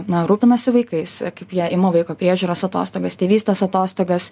na rūpinasi vaikais kaip jie ima vaiko priežiūros atostogas tėvystės atostogas